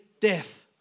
Death